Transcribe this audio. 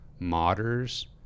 modders